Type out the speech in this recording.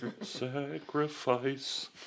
sacrifice